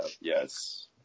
Yes